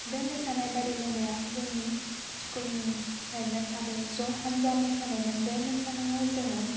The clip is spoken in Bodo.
बे मोसानाय बादायलाया जोंनि स्कुलनिफ्रायमोन आरो ज' हान्जा मोसानायमोन बे मोसानायाव जोङो